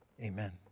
Amen